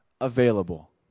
available